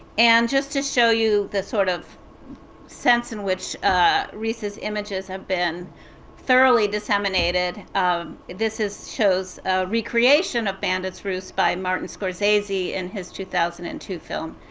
and just to show you the sort of sense in which riis's images have been thoroughly disseminated, this is shows a recreation of bandit's roost by martin scorsese in his two thousand and two film,